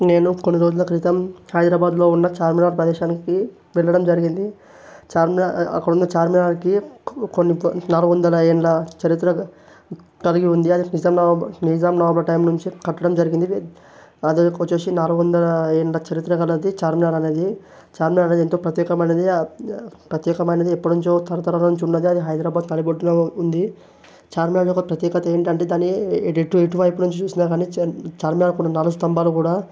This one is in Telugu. నేను కొన్ని రోజుల క్రితం హైదరాబాద్లో ఉన్న చార్మినార్ ప్రదేశానికి వెళ్ళడం జరిగింది చార్మినార్ అక్కడున్న చార్మినార్కి కొన్ని నాలుగు వందల ఏళ్ళ్ళ చరిత్ర కలిగి ఉంది అది నిజాం నవాబ్ నిజాం నవాబ్ నుంచి కట్టడం జరిగింది మా దగ్గర వచ్చి నాలుగు వందల ఏళ్ళ చరిత్ర కలది చార్మినార్ అనేది చార్మినార్ అనేది ఎంతో ప్రత్యేకమైనది ప్రత్యేకమైనది ఎప్పటి నుంచి తరితరాల నుంచి ఉన్నది హైదరాబాద్ నడిబొట్టున ఉంది చార్మినార్లో ప్రత్యేకత ఏంటంటే దాన్ని ఎటు ఎటువైపు చూసినా కానీ చార్మినార్కు ఉన్న నాలుగు స్తంభాలు కూడా